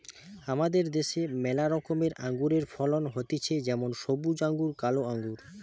আমাদের দ্যাশে ম্যালা রকমের আঙুরের ফলন হতিছে যেমন সবুজ আঙ্গুর, কালো আঙ্গুর